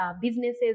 Businesses